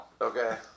Okay